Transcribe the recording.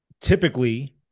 typically